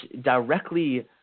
directly